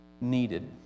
needed